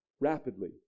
rapidly